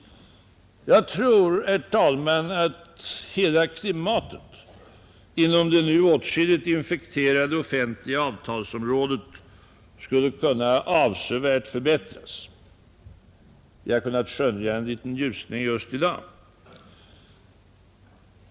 Jag tror, herr talman, att hela klimatet inom det nu åtskilligt infekterade offentliga avtalsområdet skulle kunna avsevärt förbättras — vi har kunnat skönja en liten ljusning just i dag.